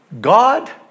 God